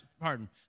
Pardon